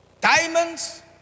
diamonds